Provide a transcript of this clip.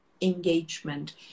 engagement